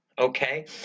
okay